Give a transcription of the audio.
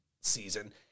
season